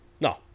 No